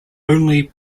only